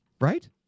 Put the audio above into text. Right